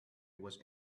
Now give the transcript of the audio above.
was